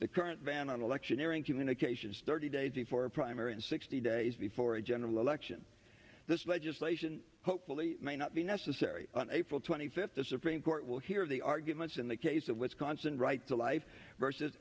the current ban on electioneering communications thirty days primary and sixty days before a general election this legislation hopefully may not be necessary on april twenty fifth the supreme court will hear the arguments in the case of wisconsin right to life versus